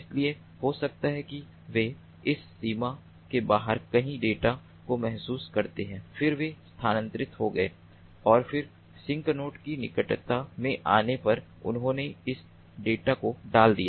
इसलिए हो सकता है कि वे इस सीमा के बाहर कहीं डेटा को महसूस करते हैं फिर वे स्थानांतरित हो गए और फिर सिंक नोड की निकटता में आने पर उन्होंने उस डेटा को डाल दिया